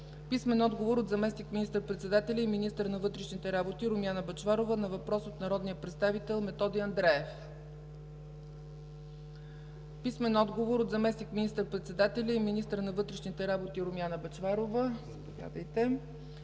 Димитър Дъбов; - заместник министър-председателя и министър на вътрешните работи Румяна Бъчварова на въпрос от народен представител Методи Андреев; - заместник министър-председателя и министър на вътрешните работи Румяна Бъчварова